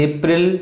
April